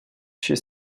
she